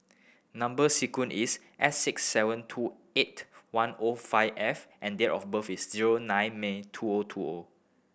number sequence is S six seven two eight one O five F and date of birth is zero nine May two O two O